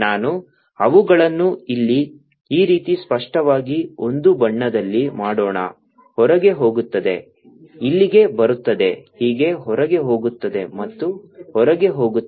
ನಾನು ಅವುಗಳನ್ನು ಇಲ್ಲಿ ಈ ರೀತಿ ಸ್ಪಷ್ಟವಾಗಿ ಒಂದು ಬಣ್ಣದಲ್ಲಿ ಮಾಡೋಣ ಹೊರಗೆ ಹೋಗುತ್ತದೆ ಇಲ್ಲಿಗೆ ಬರುತ್ತದೆ ಹೀಗೆ ಹೊರಗೆ ಹೋಗುತ್ತದೆ ಮತ್ತು ಹೊರಹೋಗುತ್ತದೆ